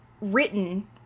written